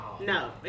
No